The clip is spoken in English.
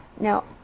Now